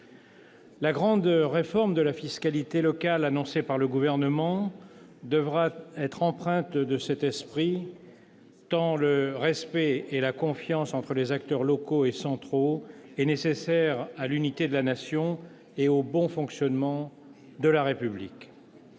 La grande réforme de la fiscalité locale annoncée par le Gouvernement devra être empreinte de cet esprit, tant le respect et la confiance entre les acteurs locaux et centraux sont nécessaires à l'unité de la Nation et au bon fonctionnement de la République.